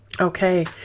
Okay